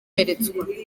n’imyitwarire